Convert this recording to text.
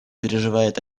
переживает